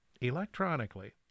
electronically